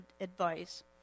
advice